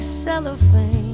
cellophane